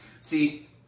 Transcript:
See